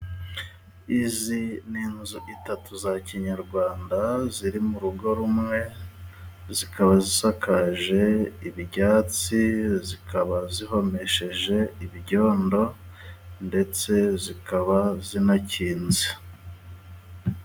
Izi ni inzu eshatu za kinyarwanda ziri mu rugo rumwe. Zikaba zisakaje ibyatsi, zikaba zihomesheje ibyodo ndetse zikaba zinakinze.